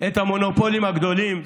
את המונופולים הגדולים?